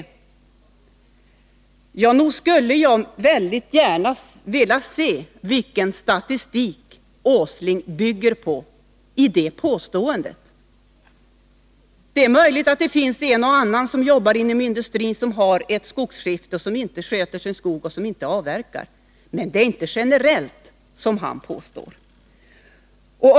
Nog skulle jag väldigt gärna vilja se vilken statistik som herr Åsling här stöder sig på. Det är möjligt att en och annan inom industrin har ett skogsskifte men inte sköter skogen och avverkar. Detta gäller emellertid inte generellt, som herr Åsling påstår.